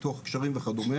פיתוח קשרים וכדו'.